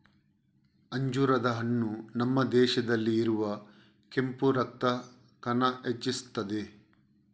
ಅಂಜೂರದ ಹಣ್ಣು ನಮ್ಮ ದೇಹದಲ್ಲಿ ಇರುವ ಕೆಂಪು ರಕ್ತ ಕಣ ಹೆಚ್ಚಿಸ್ತದೆ